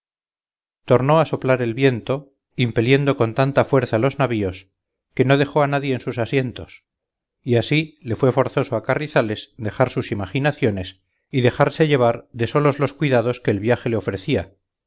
tornó a soplar el viento impeliendo con tanta fuerza los navíos que no dejó a nadie en sus asientos y así le fue forzoso a carrizales dejar sus imaginaciones y dejarse llevar de solos los cuidados que el viaje le ofrecía